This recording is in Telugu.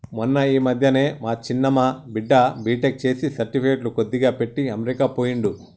మొన్న ఈ మధ్యనే మా చిన్న మా బిడ్డ బీటెక్ చేసి సర్టిఫికెట్లు కొద్దిగా పెట్టి అమెరికా పోయిండు